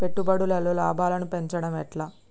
పెట్టుబడులలో లాభాలను పెంచడం ఎట్లా?